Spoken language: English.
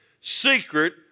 secret